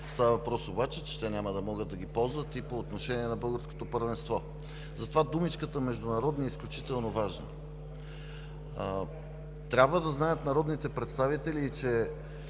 Става въпрос обаче, че те няма да могат да ги ползват и по отношение на българското първенство. Затова думичката „международни“ е изключително важна. Трябва да знаят народните представители, че